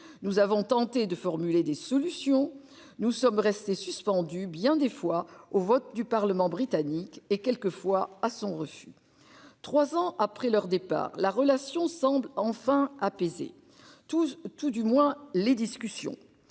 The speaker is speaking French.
Nous avons tenté de formuler des solutions nous sommes restés suspendus bien des fois au vote du Parlement britannique et quelques fois à son refus. 3 ans après leur départ la relation semble enfin apaisé, tout, tout du moins les discussions